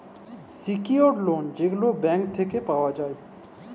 secured লল যেগলা bank থ্যাইকে পাউয়া যায়